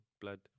blood